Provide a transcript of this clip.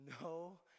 no